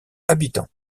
habitants